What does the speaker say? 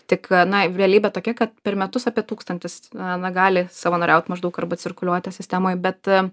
tik na realybė tokia kad per metus apie tūkstantis aaa na gali savanoriaut maždaug arba cirkuliuoti sistemoj bet